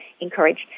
encouraged